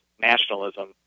nationalism